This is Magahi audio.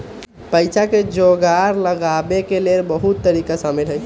पइसा के जोगार लगाबे के लेल बहुते तरिका शामिल हइ